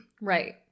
Right